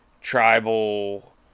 tribal